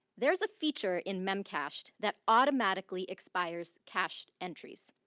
there's a feature in memcached that automatically expires cache entries,